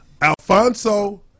Alfonso